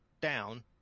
down